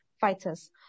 fighters